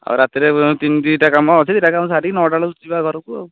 ରାତିରେ ଦିଟା କାମ ଅଛି ଦୁଇଟା କାମ ସାରି ଦେଇ ନଅଟା ବେଳକୁ ଯିବା ଘରକୁ ଆଉ